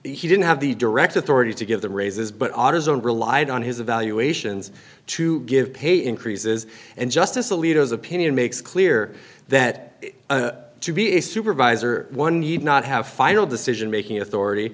he didn't have the direct authority to give the raises but autism relied on his evaluations to give pay increases and justice alito is opinion makes clear that to be a supervisor one need not have final decision making authority